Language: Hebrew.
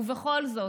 ובכל זאת,